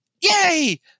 yay